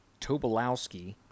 tobolowski